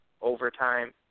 overtime